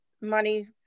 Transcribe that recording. money